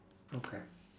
okay